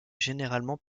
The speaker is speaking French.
généralement